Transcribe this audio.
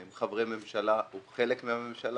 הם חברי ממשלה או חלק מהממשלה.